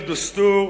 "אל-דוסטור",